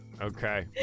Okay